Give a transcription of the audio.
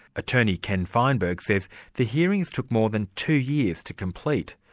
attorney ken feinberg says the hearings took more than two years to complete.